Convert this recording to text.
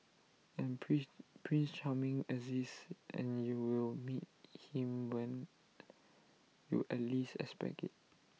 and prince Prince charming exists and you will meet him when you at least expect IT